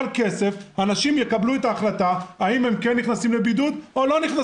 אנשים יקבלו החלטה האם הם נכנסים לבידוד או לא.